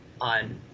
on